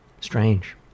Strange